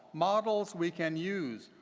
models we can use,